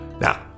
now